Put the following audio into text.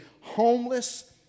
homeless